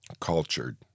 cultured